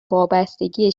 وابستگیه